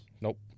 Nope